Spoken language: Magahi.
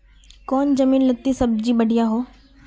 कौन जमीन लत्ती सब्जी बढ़िया हों?